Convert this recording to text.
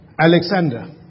Alexander